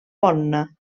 bona